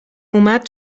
اومد